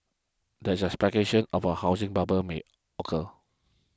there is a speculation of a housing bubble may occur